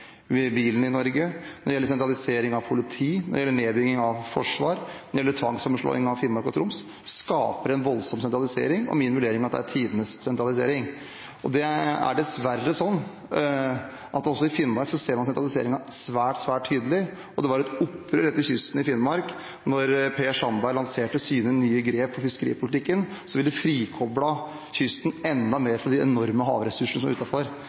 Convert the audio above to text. bilen, når det gjelder sentralisering av politiet, når det gjelder nedbyggingen av Forsvaret, når det gjelder tvangssammenslåing av Finnmark og Troms, skaper en voldsom sentralisering. Min vurdering er at det er tidenes sentralisering. Det er dessverre sånn at også i Finnmark ser man sentraliseringen svært, svært tydelig. Det var et opprør langs kysten i Finnmark da Per Sandberg lanserte sine nye grep i fiskeripolitikken, grep som ville frikoblet kysten enda mer fra de enorme havressursene som er